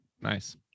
Nice